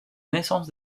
naissance